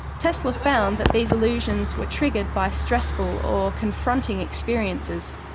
tesla found that these illusions were triggered by stressful or confronting experiences.